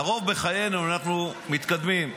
לרוב בחיינו אנחנו מתקדמים,